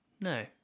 No